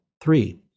three